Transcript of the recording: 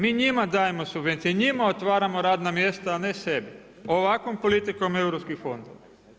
Mi njima dajemo subvencije, njima otvaramo radna mjesta, a ne sebi ovakvom politikom europskih fondova.